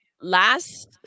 last